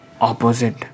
opposite